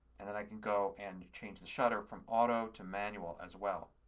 and then i can go and change the shutter from auto to manual as well.